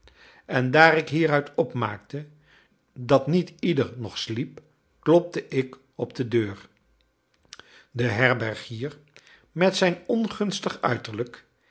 en daar ik hieruit opmaakte dat niet ieder nog sliep klopte ik op de deur de herbergier met zijn ongunstig uiterlijk